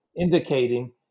indicating